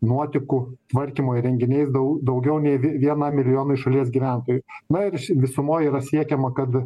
nuotekų tvarkymo įrenginiais dau daugiau nei vien vienam milijonui šalies gyventojų na ir visumoj yra siekiama kad